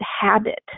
habit